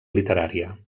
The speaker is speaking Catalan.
literària